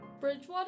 Bridgewater